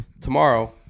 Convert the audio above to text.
Tomorrow